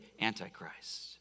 Antichrist